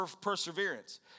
perseverance